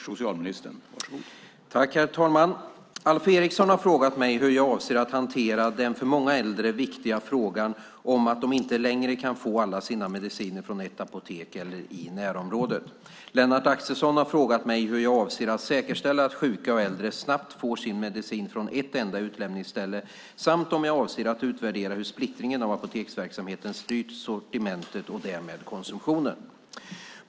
Herr talman! Alf Eriksson har frågat mig hur jag avser att hantera den för många äldre viktiga frågan om att de inte längre kan få alla sina mediciner från ett apotek eller i närområdet. Lennart Axelsson har frågat mig hur jag avser att säkerställa att sjuka och äldre snabbt får sin medicin från ett enda utlämningsställe samt om jag avser att utvärdera hur splittringen av apoteksverksamheten styr sortimentet och därmed konsumtionen.